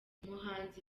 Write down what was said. umuhanzi